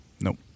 Nope